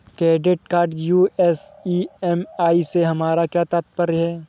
Credit card US EMI से हमारा क्या तात्पर्य है?